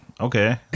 okay